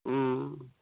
ओ